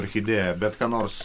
orchidėją bet ką nors